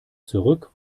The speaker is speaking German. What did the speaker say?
zurück